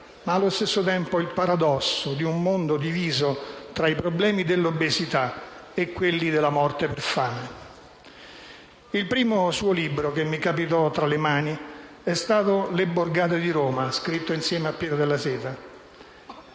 e allo stesso tempo il paradosso di un mondo diviso tra i problemi dell'obesità e quelli della morte per fame. Il primo suo libro che mi capitò tra le mani è stato «Borgate di Roma», scritto insieme a Piero Della Seta.